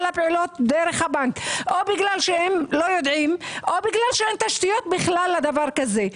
הפעולות דרך הבנק או כי הם לא יודעים או כי אין תשתיות בכלל לזה.